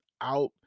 out